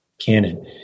canon